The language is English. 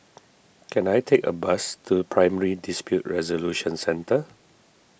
can I take a bus to Primary Dispute Resolution Centre